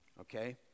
okay